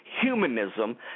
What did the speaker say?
Humanism